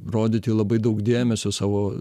rodyti labai daug dėmesio savo